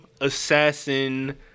assassin